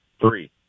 Three